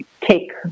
take